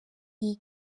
iyi